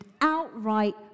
outright